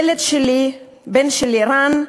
הילד שלי, הבן שלי, רן,